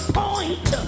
point